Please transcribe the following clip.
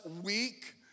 weak